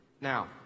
Now